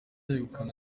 yegukana